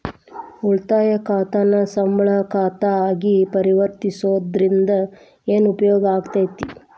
ಉಳಿತಾಯ ಖಾತಾನ ಸಂಬಳ ಖಾತಾ ಆಗಿ ಪರಿವರ್ತಿಸೊದ್ರಿಂದಾ ಏನ ಉಪಯೋಗಾಕ್ಕೇತಿ?